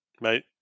Mate